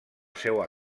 seua